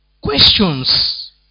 questions